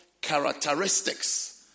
characteristics